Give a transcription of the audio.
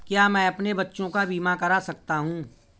क्या मैं अपने बच्चों का बीमा करा सकता हूँ?